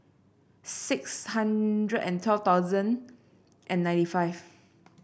six hundred and twelve thousand and ninety five